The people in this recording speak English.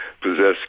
possess